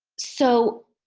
so,